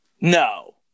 No